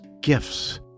gifts